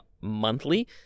monthly